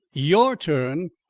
your turn!